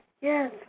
Yes